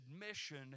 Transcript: admission